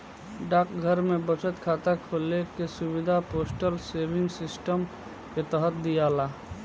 डाकघर में बचत खाता खोले के सुविधा पोस्टल सेविंग सिस्टम के तहत दियाला